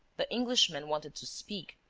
the englishman wanted to speak,